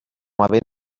havent